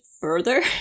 further